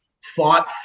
fought